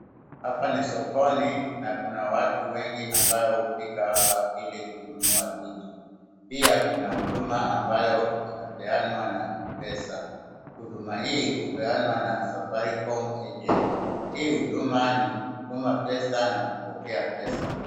Hapa ni sokoni na kuna watu wengi ambayo hufika hapa ili kununua vitu. Pia kuna huduma ambayo inapeanwa na Mpesa. Huduma hii hupeanwa na safaricom agent .Hii huduma ni kutuma pesa na kupokea pesa.